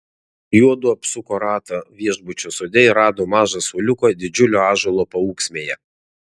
juodu apsuko ratą viešbučio sode ir rado mažą suoliuką didžiulio ąžuolo paūksmėje